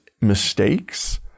mistakes